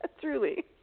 truly